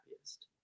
happiest